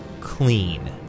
clean